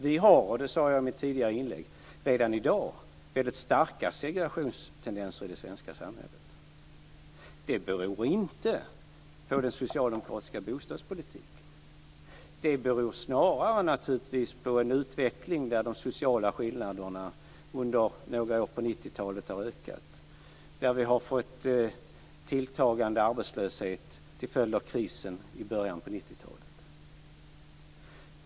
Vi har, och det sade jag i mitt tidigare inlägg, redan i dag väldigt starka segregationstendenser i det svenska samhället. Det beror inte på den socialdemokratiska bostadspolitiken. Det beror snarare naturligtvis på en utveckling där de sociala skillnaderna under några år på 90-talet har ökat. Vi har fått tilltagande arbetslöshet till följd av krisen i början av 90-talet.